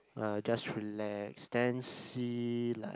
uh just relax then see like